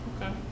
Okay